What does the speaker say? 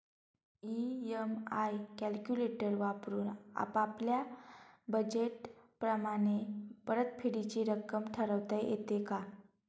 EMI calculator वापरून आपापल्या budget प्रमाणे परतफेडीची रक्कम ठरवता येते का?